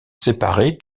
séparée